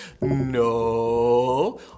no